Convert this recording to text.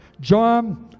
John